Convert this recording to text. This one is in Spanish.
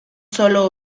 solo